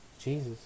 Jesus